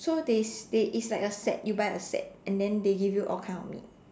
so they they it's like a set you buy a set and then they give you all kind of meat